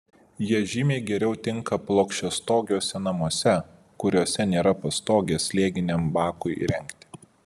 jie žymiai geriau tinka plokščiastogiuose namuose kuriuose nėra pastogės slėginiam bakui įrengti